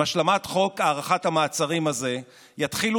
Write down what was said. עם השלמת חוק הארכת המעצרים הזה יתחילו